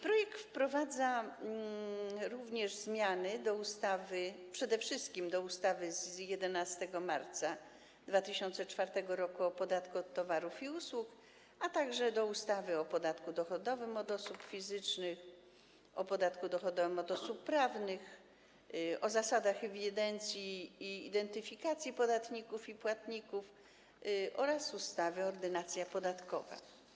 Projekt wprowadza również zmiany przede wszystkim do ustawy z 11 marca 2004 r. o podatku od towarów i usług, a także do ustawy o podatku dochodowym od osób fizycznych, o podatku dochodowym od osób prawnych, o zasadach ewidencji i identyfikacji podatników i płatników oraz ustawy Ordynacja podatkowa.